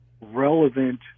relevant